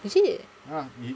actually